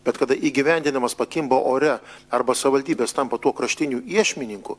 bet kada įgyvendinimas pakimba ore arba savivaldybės tampa tuo kraštiniu iešmininku